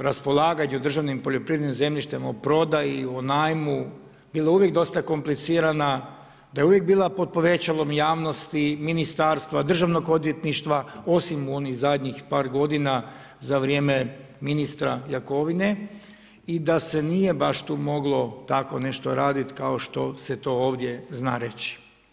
raspolaganju državnim poljoprivrednim zemljištem o prodaji, o najmu bilo uvijek dosta komplicirana, da je uvijek bila pod povećalom javnosti, ministarstva, državnog odvjetništva osim u onih zadnjih par godina za vrijeme ministra Jakovine i da se nije baš tu moglo tako nešto raditi kao što se to ovdje zna reći.